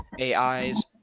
AIs